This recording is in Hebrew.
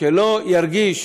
שלא ירגיש,